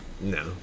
No